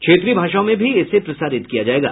क्षेत्रीय भाषाओं में भी इसे प्रसारित किया जायेगा